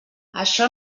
això